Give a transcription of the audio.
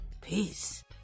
Peace